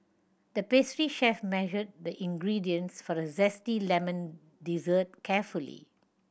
the pastry chef measured the ingredients for a zesty lemon dessert carefully